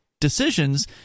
decisions